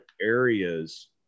areas